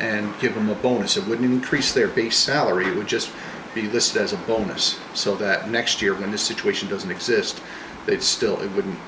and give them a bonus it would increase their base salary would just be this as a bonus so that next year when the situation doesn't exist it still wouldn't